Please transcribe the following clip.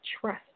trust